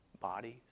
bodies